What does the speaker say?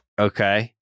Okay